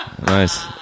Nice